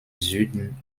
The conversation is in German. süden